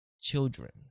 children